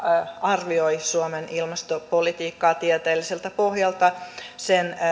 arvioi suomen ilmastopolitiikkaa tieteelliseltä pohjalta sen